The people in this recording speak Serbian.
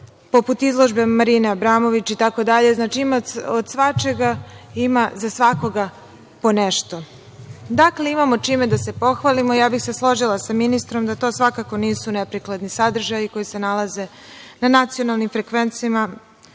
poput izložbe Marine Abramović itd. Znači, ima od svačega ima za svakoga po nešto. Dakle, imamo čime da se pohvalimo i ja bih se složila sa ministrom da to svakako nisu neprikladni sadržaji koji se nalaze na nacionalnim frekvencijama